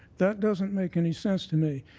that doesn't make any sense to me.